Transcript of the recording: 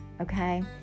Okay